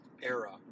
Era